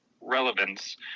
relevance